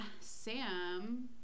Sam